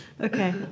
Okay